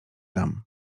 dam